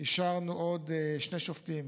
אישרנו עוד שני שופטים